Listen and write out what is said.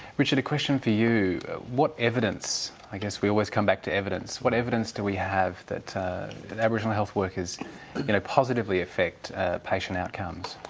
richard, a question for you what evidence i guess we always come back to evidence what evidence do we have that that aboriginal health workers positively affect patient outcomes?